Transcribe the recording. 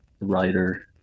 writer